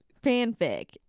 fanfic